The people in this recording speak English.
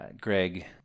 Greg